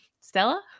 Stella